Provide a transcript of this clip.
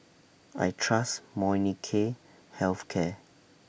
I Trust Molnylcke Health Care